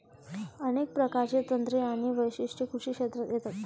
अनेक प्रकारची तंत्रे आणि वैशिष्ट्ये कृषी क्षेत्रात येतात